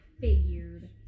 figured